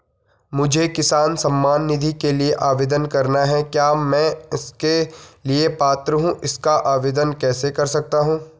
मुझे किसान सम्मान निधि के लिए आवेदन करना है क्या मैं इसके लिए पात्र हूँ इसका आवेदन कैसे कर सकता हूँ?